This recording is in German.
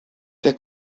der